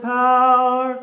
power